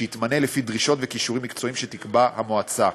שיתמנה לפי דרישות וכישורים מקצועיים שתקבע המועצה.